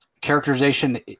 characterization